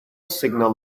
signal